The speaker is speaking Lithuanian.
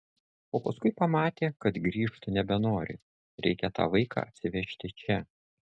o paskui pamatė kad grįžt nebenori reikia tą vaiką atsivežti čia